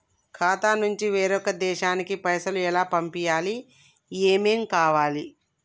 ఖాతా నుంచి వేరొక దేశానికి పైసలు ఎలా పంపియ్యాలి? ఏమేం కావాలి?